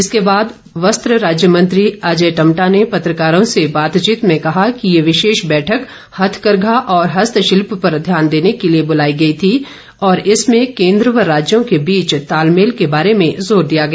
इसके बाद वस्त्र राज्य मंत्री अजय टमटा ने पत्रकारों से बातचीत में कहा कि यह विशेष बैठक हथकरघा और हस्तशिल्प पर ध्यान देने के लिए बुलाई गई थी तथा इसमें केंद्र और राज्यों के बीच तालमेल के बारे में जोर दिया गया